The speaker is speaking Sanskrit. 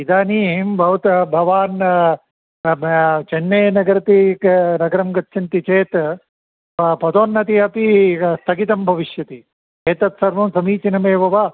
इदानीं भवतः भवान् ब् चेन्नैनगरति नगरं गच्छन्ति चेत् पदोन्नतिः अपि स्थगितं भविष्यति एतत् सर्वं समीचीनमेव वा